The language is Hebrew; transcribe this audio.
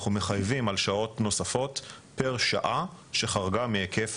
אנחנו מחייבים על שעות נוספות פר שעה שחרגה מהיקף